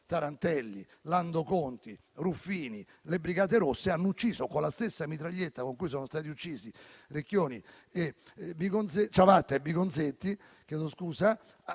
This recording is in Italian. Tarantelli, Lando Conti, Ruffini. Le Brigate Rosse hanno ucciso con la stessa mitraglietta con cui sono stati uccisi Ciavatta e Bigonzetti. Evidentemente,